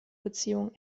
beziehung